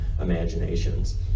imaginations